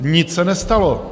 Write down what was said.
Nic se nestalo!